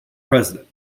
president